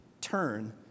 Turn